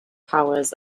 powers